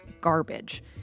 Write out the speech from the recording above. garbage